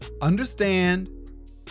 Understand